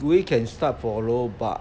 we can start follow but